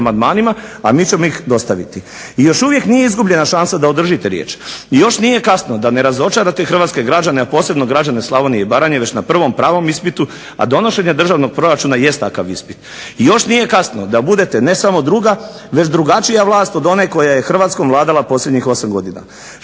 i mi ćemo ih dostaviti. I još uvijek nije izgubljena šansa da održite riječ i još nije kasno da ne razočarate hrvatske građane, a posebno građane Slavonije i Baranje već na prvom pravom ispitu, a donošenje državnog proračuna jest takav ispit. I još nije kasno da budete ne samo druga već drugačija vlast od one koja je Hrvatskom vladala posljednjih osam godina.